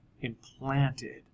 implanted